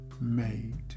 made